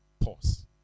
Pause